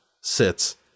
sits